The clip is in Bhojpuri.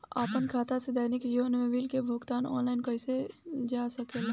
आपन खाता से दैनिक जीवन के बिल के भुगतान आनलाइन कइल जा सकेला का?